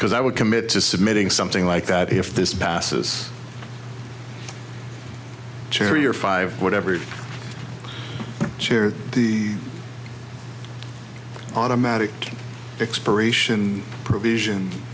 because i would commit to submitting something like that if this passes cherry or five whatever it the automatic expiration provision